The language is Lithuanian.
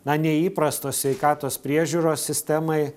na neįprastos sveikatos priežiūros sistemai